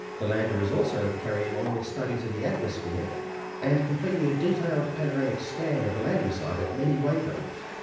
the lander is also carrying on with studies of the atmosphere and completing a detailed panoramic scan of the landing site at many wavelengths.